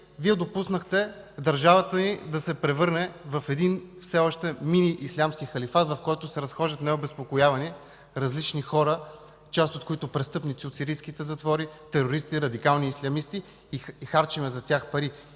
Вие допуснахте държавата ни да се превърне в един все още мини ислямски халифат, в който се разхождат необезпокоявани различни хора, част от които престъпници от сирийските затвори, терористи, радикални ислямисти, и харчим за тях пари.